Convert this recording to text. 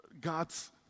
God's